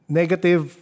negative